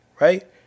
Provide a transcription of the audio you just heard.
right